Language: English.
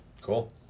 cool